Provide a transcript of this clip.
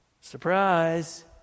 surprise